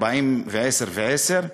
40 ו-10 ו-10.